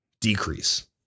decrease